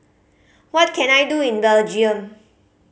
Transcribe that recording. what can I do in Belgium